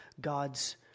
God's